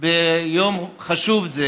ביום חשוב זה